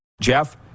Jeff